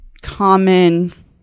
common